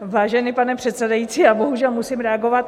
Vážený pane předsedající, já bohužel musím reagovat.